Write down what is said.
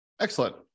Excellent